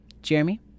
Jeremy